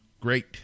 Great